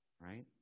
right